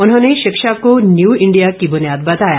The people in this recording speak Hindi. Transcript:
उन्होंने शिक्षा को न्यूज इंडिया की बुनियाद बताया